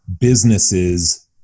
businesses